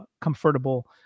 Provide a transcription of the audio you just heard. comfortable